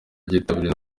ryitabiriwe